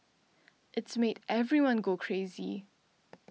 it's made everyone go crazy